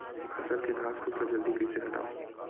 फसल के घासफुस ल जल्दी कइसे हटाव?